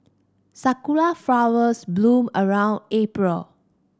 sakura flowers bloom around April